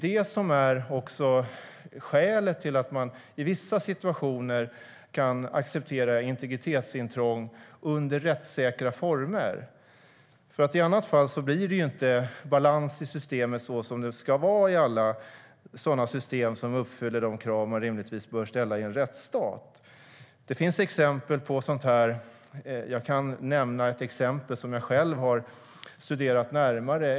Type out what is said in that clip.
Det är skälet till att man i vissa situationer kan acceptera integritetsintrång under rättssäkra former. I annat fall blir det inte balans i systemet så som det ska vara i alla sådana system som uppfyller de krav man rimligtvis bör ställa i en rättsstat. Det finns exempel på detta. Jag kan nämna ett exempel som jag själv har studerat närmare.